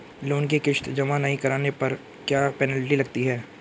Loan की किश्त जमा नहीं कराने पर क्या पेनल्टी लगती है?